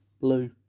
Blue